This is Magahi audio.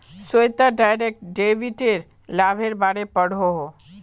श्वेता डायरेक्ट डेबिटेर लाभेर बारे पढ़ोहो